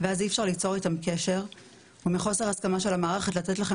ואז אי אפשר ליצור איתם קשר ומחוסר הסכמה של המערכת לתת לכם